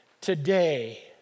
Today